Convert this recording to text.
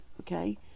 okay